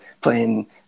playing